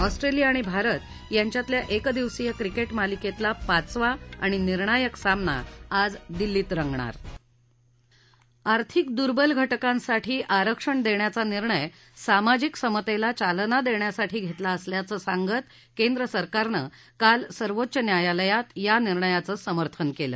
Australia आणि भारत यांच्यातल्या एकदिवसीय क्रिकेट मालिकेतला पाचवा आणि निर्णायक सामना आज दिल्लीत रंगणार आर्थिक दुर्बल घटकांसाठी आरक्षण देण्याचा निर्णय सामाजिक समतेला चालना देण्यासाठी घेतला असल्याचं सांगत केंद्र सरकारनं काल सर्वोच्च न्यायालयात या निर्णयाचं समर्थन केलं